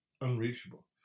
unreachable